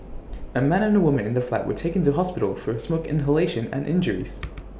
A man and A woman in the flat were taken to hospital for A smoke inhalation and injuries